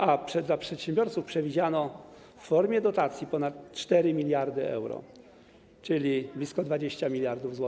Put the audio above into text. A dla przedsiębiorców przewidziano, w formie dotacji, ponad 4 mld euro, czyli blisko 20 mld zł.